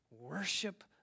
Worship